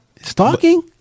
Stalking